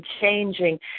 changing